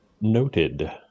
Noted